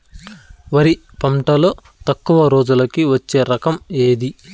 వరి పంటలో తక్కువ రోజులకి వచ్చే రకం ఏది?